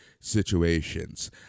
situations